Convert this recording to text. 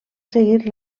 seguir